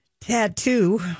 tattoo